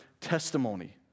testimony